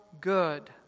good